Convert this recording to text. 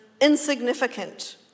insignificant